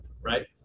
right